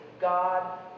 God